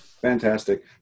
Fantastic